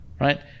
right